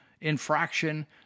infraction